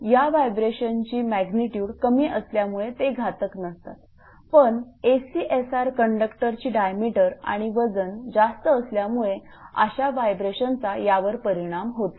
या व्हायब्रेशन ची मॅग्नेट्यूड कमी असल्यामुळे ते घातक नसतात पण ACSR कंडक्टरची डायमीटर आणि वजन जास्त असल्यामुळे अशा व्हायब्रेशनचा यावर परिणाम होतो